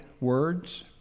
words